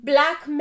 Black